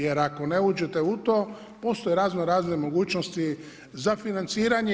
Jer ako ne uđete u to postoje razno razne mogućnosti za financiranje.